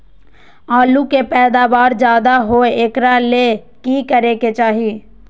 आलु के पैदावार ज्यादा होय एकरा ले की करे के चाही?